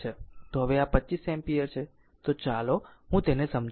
તો હવે આ 25 એમ્પીયર છે ચાલો હું તેને સમજાવું